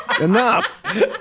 Enough